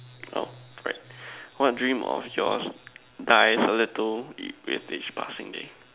oh correct what dream of yours dies a little with each passing day